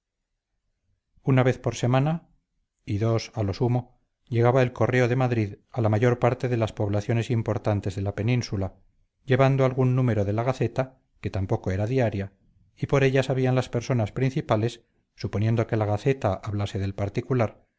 una vez por semana y dos a lo sumo llegaba el correo de madrid a la mayor parte de las poblaciones importantes de la península llevando algún número de la gaceta que tampoco era diaria y por ella sabían las personas principales suponiendo que la gaceta hablase del particular